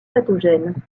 pathogène